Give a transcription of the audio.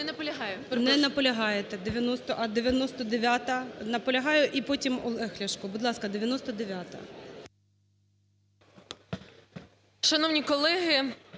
Не наполягаєте. А 99-а? Наполягаєте. І потім Олег Ляшко. Будь ласка, 99-а.